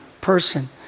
person